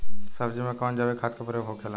सब्जी में कवन जैविक खाद का प्रयोग होखेला?